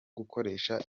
gukoresha